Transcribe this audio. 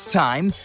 time